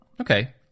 Okay